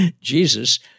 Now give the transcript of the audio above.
Jesus